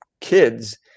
kids